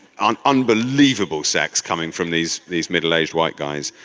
um unbelievable sex coming from these these middle-aged white guys.